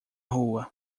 rua